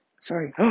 Sorry